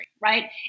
right